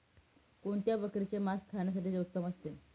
कोणत्या बकरीचे मास खाण्यासाठी उत्तम असते?